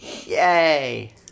Yay